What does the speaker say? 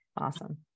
Awesome